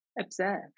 observe